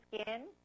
skin